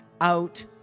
out